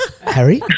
Harry